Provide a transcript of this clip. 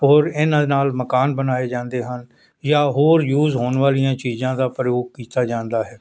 ਹੋਰ ਇਹਨਾਂ ਦੇ ਨਾਲ ਮਕਾਨ ਬਣਾਏ ਜਾਂਦੇ ਹਨ ਜਾਂ ਹੋਰ ਯੂਜ ਹੋਣ ਵਾਲੀਆਂ ਚੀਜ਼ਾਂ ਦਾ ਪ੍ਰਯੋਗ ਕੀਤਾ ਜਾਂਦਾ ਹੈ